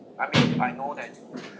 I mean I know that